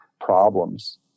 problems